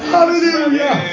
Hallelujah